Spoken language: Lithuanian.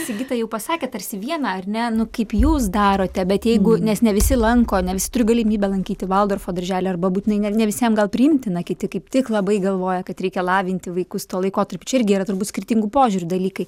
sigita jau pasakė tarsi vieną ar ne nu kaip jūs darote bet jeigu nes ne visi lanko ne visi turi galimybę lankyti valdorfo darželį arba būtinai ne ne visiem gal priimtina kiti kaip tik labai galvoja kad reikia lavinti vaikus tuo laikotarpiu čia irgi yra turbūt skirtingų požiūrių dalykai